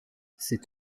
c’est